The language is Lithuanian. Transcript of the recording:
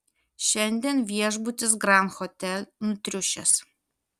šiandien viešbutis grand hotel nutriušęs